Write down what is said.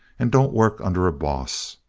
and don't work under a boss.